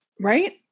Right